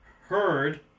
heard